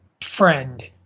friend